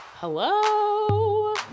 hello